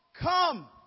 Come